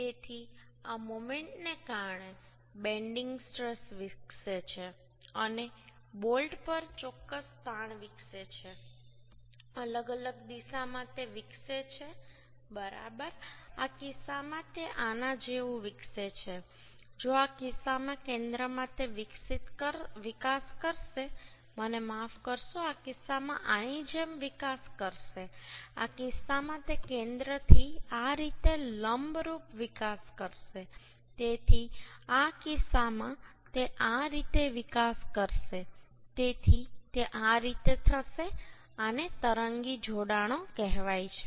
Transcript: તેથી આ મોમેન્ટ ને કારણે બેન્ડિંગ સ્ટ્રેસ વિકસે છે અને બોલ્ટ પર ચોક્કસ તાણ વિકસે છે અલગ અલગ દિશામાં તે વિકસે છે બરાબર આ કિસ્સામાં તે આના જેવું વિકસે છે જો આ કિસ્સામાં કેન્દ્રમાં તે વિકાસ કરશે મને માફ કરશો આ કિસ્સામાં આની જેમ વિકાસ કરશે આ કિસ્સામાં તે કેન્દ્રથી આ રીતે લંબરૂપ વિકાસ કરશે તેથી આ કિસ્સામાં તે આ રીતે વિકાસ કરશે તેથી તે આ રીતે થશે આને તરંગી જોડાણો કહેવાય છે